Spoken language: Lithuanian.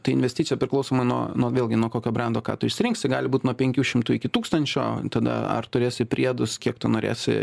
tai investicija priklausomai nuo nuo vėlgi nuo kokio brendo ką tu išsirinksi gali būt nuo penkių šimtų iki tūkstančio tada ar turėsi priedus kiek tu norėsi